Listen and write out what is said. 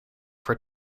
for